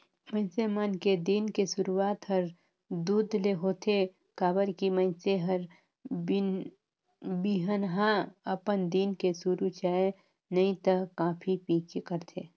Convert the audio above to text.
मइनसे मन के दिन के सुरूआत हर दूद ले होथे काबर की मइनसे हर बिहनहा अपन दिन के सुरू चाय नइ त कॉफी पीके करथे